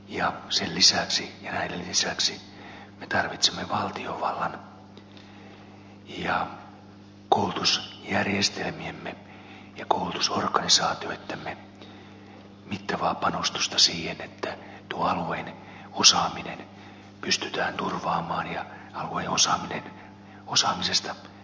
näiden lisäksi me tarvitsemme valtiovallan ja koulutusjärjestelmiemme ja koulutusorganisaatioittemme mittavaa panostusta siihen että tuon alueen osaaminen pystytään turvaamaan ja alueen osaamisesta huolehditaan